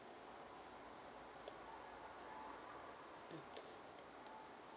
mm